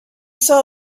saw